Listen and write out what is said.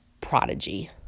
prodigy